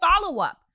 follow-up